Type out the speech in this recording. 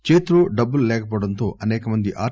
C చేతిలో డబ్బులు లేకపోవడంతో అసేక మంది ఆర్